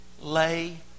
Lay